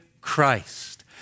Christ